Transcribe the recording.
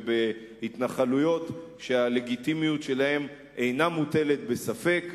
ובהתנחלויות שהלגיטימיות שלהן אינה מוטלת בספק,